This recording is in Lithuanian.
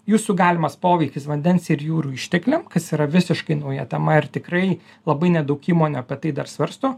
jūsų galimas poveikis vandens ir jūrų ištekliam kas yra visiškai nauja tema ir tikrai labai nedaug įmonių apie tai dar svarsto